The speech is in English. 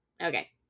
okay